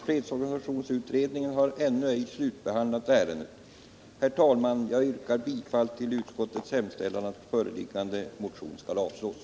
Fredsorganisationsutredningen har ännu ej slutbehandlat ärendet. Herr talman! Jag yrkar bifall till utskottets hemställan att föreliggande motion skall avslås.